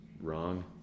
Wrong